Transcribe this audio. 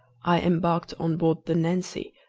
i embarked on board the nancy,